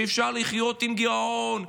שאפשר לחיות עם גירעון,